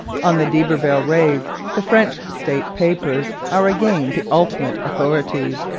on the d'iberville raids, the french state papers are again the ultimate authorities,